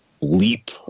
leap